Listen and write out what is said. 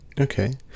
Okay